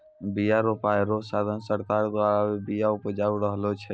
बिया रोपाय रो साधन सरकार द्वारा भी बिया उपजाय रहलो छै